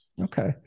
Okay